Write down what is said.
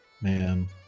man